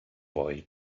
boy